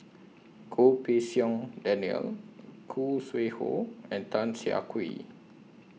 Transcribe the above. Goh Pei Siong Daniel Khoo Sui Hoe and Tan Siah Kwee